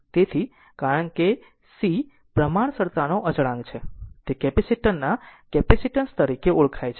તેથી કારણ કે c પ્રમાણસરતાનો અચળાંક છે તે કેપેસિટર ના કેપેસિટન્સ તરીકે ઓળખાય છે